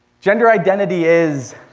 gender identity is,